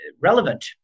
relevant